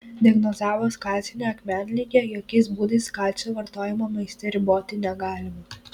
diagnozavus kalcinę akmenligę jokiais būdais kalcio vartojimo maiste riboti negalima